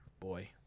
Boy